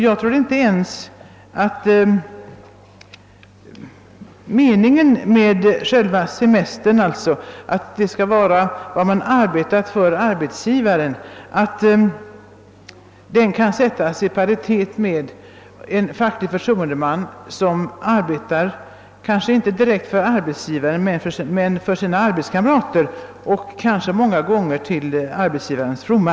Jag tror inte ens att det varit meningen att semestern skall utgå enbart för den tid vederbörande arbetat för arbetsgivaren i de fall, där en facklig förtroendeman inte arbetat direkt för arbetsgivaren utan för sina arbetskamrater men kanske många gånger till arbetsgivarens fromma.